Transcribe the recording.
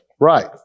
Right